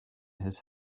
his